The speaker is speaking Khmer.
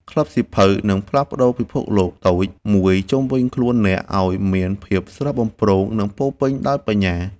ក្លឹបសៀវភៅនឹងផ្លាស់ប្តូរពិភពលោកតូចមួយជុំវិញខ្លួនអ្នកឱ្យមានភាពស្រស់បំព្រង និងពោរពេញដោយបញ្ញា។